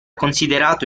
considerato